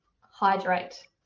hydrate